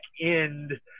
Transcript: end